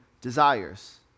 desires